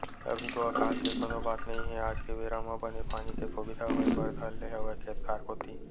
अभी तो अकाल के कोनो बात नई हे आज के बेरा म बने पानी के सुबिधा होय बर धर ले हवय खेत खार कोती